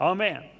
Amen